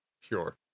Sure